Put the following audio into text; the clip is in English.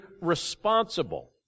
responsible